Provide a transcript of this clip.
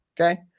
okay